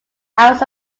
hours